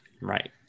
right